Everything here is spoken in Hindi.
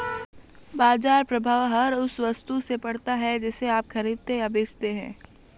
बाज़ार प्रभाव हर उस वस्तु से पड़ता है जिसे आप खरीदते या बेचते हैं